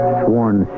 sworn